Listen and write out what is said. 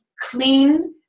clean